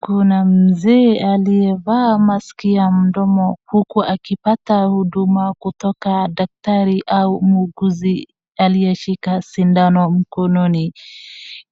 Kuna mzee aliyevaa maski ya mdomo huku akipata huduma kutoka daktari au muuguzi aliyeshikana sindano mkononi.